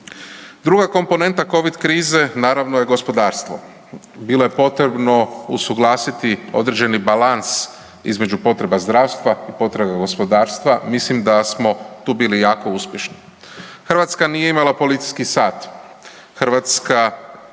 Druga komponenta covid krize naravno je gospodarstvo. Bilo je potrebno usuglasiti određeni balans između potreba zdravstva i potreba gospodarstva. Mislim da smo tu bili jako uspješni. Hrvatska nije imala policijski sat, Hrvatska